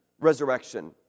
resurrection